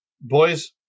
boys